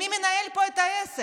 ומי מנהל פה את העסק?